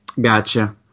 Gotcha